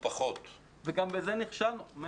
מאיר, גם בזה נכשלנו.